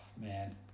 Man